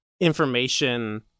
information